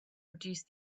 reduce